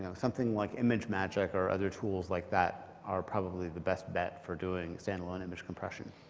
ah something like imagemagick or other tools like that are probably the best bet for doing standalone image compression.